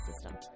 system